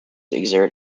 exert